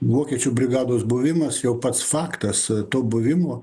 vokiečių brigados buvimas jau pats faktas to buvimo